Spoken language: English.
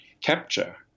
capture